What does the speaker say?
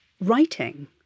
writing